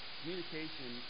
communication